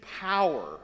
power